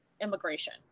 immigration